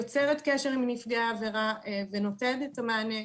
יוצרת קשר עם נפגעי העבירה ונותנת את המענה.